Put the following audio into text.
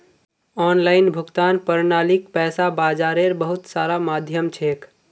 online भुगतान प्रणालीक पैसा बाजारेर बहुत सारा माध्यम छेक